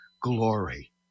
glory